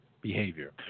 behavior